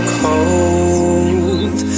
cold